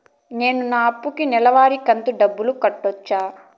నేను నా అప్పుకి నెలవారి కంతు డబ్బులు కట్టొచ్చా?